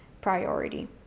priority